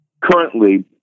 currently